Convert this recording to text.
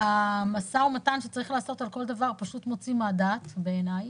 והמשא ומתן שצריך לעשות על כל דבר פשוט מוציא מהדעת בעיניי.